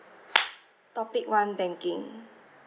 topic one banking